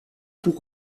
pour